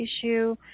issue